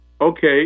okay